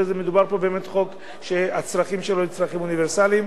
אלא מדובר פה באמת בחוק שהצרכים שבו הם צרכים אוניברסליים,